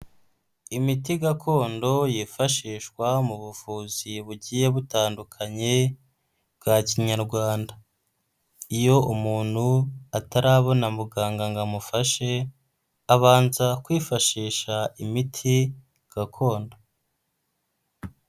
Imiti gakondo yifashishwa mu buvuzi bugiye butandukanye, bwa kinyarwanda. Iyo umuntu atarabona muganga ngo amufashe, abanza kwifashisha imiti gakondo.